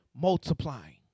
multiplying